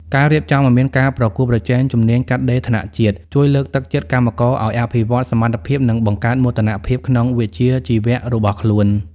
ការរៀបចំឱ្យមានការប្រកួតប្រជែងជំនាញកាត់ដេរថ្នាក់ជាតិ ជួយលើកទឹកចិត្តកម្មករឱ្យអភិវឌ្ឍសមត្ថភាព និងបង្កើតមោទនភាពក្នុងវិជ្ជាជីវៈរបស់ខ្លួន។